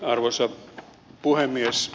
arvoisa puhemies